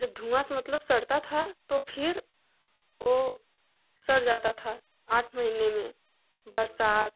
जब धुआँ से मतलब सड़ता था तो फिर वह सड़ जाता था आठ महीने में बरसात